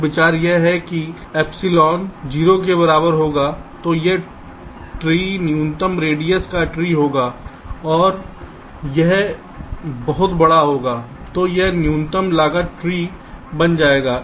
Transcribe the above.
तो विचार यह है कि जब एप्सिलॉन 0 के बराबर होगा तो यह ट्री न्यूनतम रेडियस का ट्री होगा और जब यह बहुत बड़ा होगा तो यह न्यूनतम लागत वाला ट्री बन जाएगा